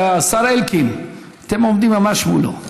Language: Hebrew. השר אלקין, אתם עומדים ממש מולו.